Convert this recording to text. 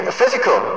physical